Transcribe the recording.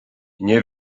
nie